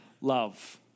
love